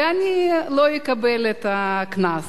ואני לא אקבל את הקנס.